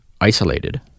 isolated